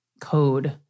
code